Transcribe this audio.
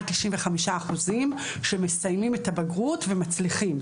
95% שמסיימים את הבגרות ומצליחים.